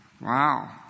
Wow